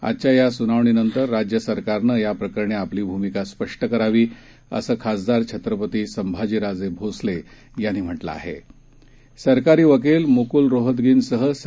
आजच्या या सुनावणीनंतर राज्य सरकारनं या प्रकरणी आपली भूमिका स्पष्ट करावी असं खासदार छत्रपती संभाजीराजे भोसले यांनी म्हटलं आहेसरकारी वकील मुकुल रोहितर्गीसह स